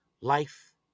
life